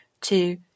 two